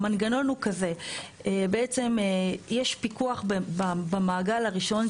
המנגנון הוא כזה: בעצם יש פיקוח במעגל הראשון,